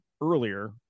earlier